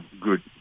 good